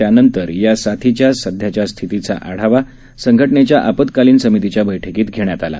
त्यानंतर या साथीच्या सध्याच्या स्थितीचा आढावा संघटनेच्या आपत्कालीन समितीच्या बैठकीत घेण्यात आला